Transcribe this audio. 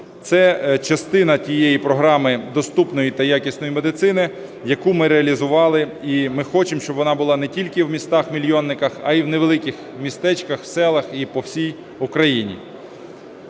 Це частина тієї програми доступної та якісної медицини, яку ми реалізували, і ми хочемо, щоб вона була не тільки в містах-мільйонниках, а й в невеликих містечках, селах і по всій Україні.